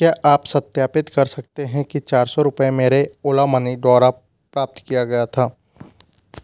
क्या आप सत्यापित कर सकते हैं कि चार सौ रुपये मेरे ओला मनी द्वारा प्राप्त किया गया था